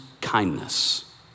kindness